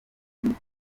nk’iki